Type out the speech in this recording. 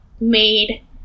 made